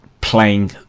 playing